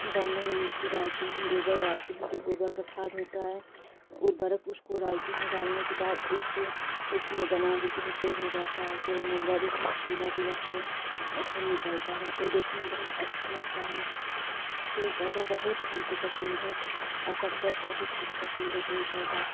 गमले में मिट्टी डालती हूँ गोबर डालती हूँ जो गोबर का खाद होता है उर्बरक उसको डालती हूँ डालने के बाद उसको उसी में जमा देती हूँ पेड़ हो जाता है पेड़ होने के बाद उसमें से पीला पीला फो फूल निकलता है वह देखने में बहुत अच्छा लगता है पेड़ पौधा बहुत हमको पसंद है आवश्यकता से अधिक हमको पसंद है पेड़ पौधा